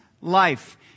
life